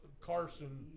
Carson